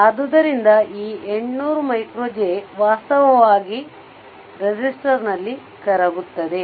ಆದ್ದರಿಂದ ಈ 800 J ವಾಸ್ತವವಾಗಿ ರೆಸಿಸ್ಟರ್ನಲ್ಲಿ ಕರಗುತ್ತದೆ